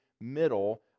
middle